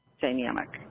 dynamic